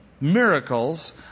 miracles